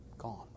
Gone